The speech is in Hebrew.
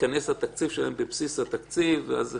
שייכנס התקציב שלהם בבסיס התקציב ואז זה חוסך להם.